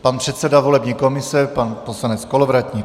Pan předseda volební komise pan poslanec Kolovratník.